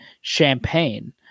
champagne